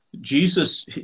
Jesus